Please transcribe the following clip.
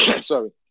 sorry